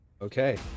Okay